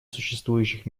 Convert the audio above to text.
существующих